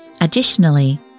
Additionally